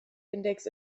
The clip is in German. index